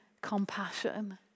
Compassion